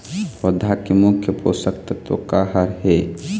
पौधा के मुख्य पोषकतत्व का हर हे?